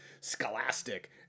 Scholastic